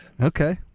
Okay